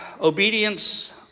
Obedience